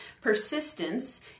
Persistence